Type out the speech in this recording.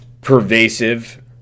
pervasive